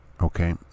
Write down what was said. Okay